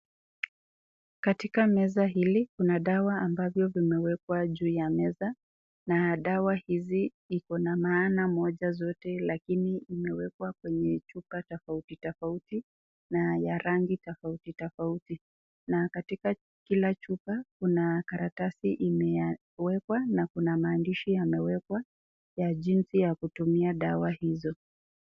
Katika meza hili kuna dawa ambavyo vimewekwa juu ya meza, na dawa hizi iko na maana moja zote lakini imewekwa kwenye chupa tofauti tofauti na ya rangi tofauti tofauti. Na katika kila chupa kuna karatasi imewekwa na kuna maandishi yamewekwa ya jinsi ya kutumia dawa hizo.